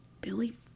Billy